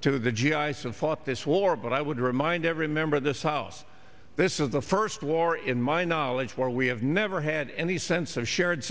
to the g i so fought this war but i would remind every member of this house this is the first war in my knowledge where we have never had any sense of shared